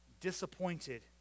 Disappointed